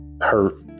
hurt